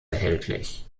erhältlich